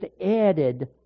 added